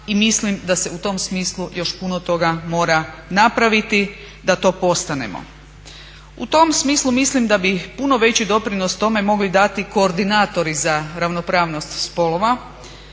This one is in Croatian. i mislim da se u tom smislu još puno toga mora napraviti da to postanemo. U tom smislu mislim da bi puno veći doprinos tome mogli dati koordinatori za ravnopravnost spolova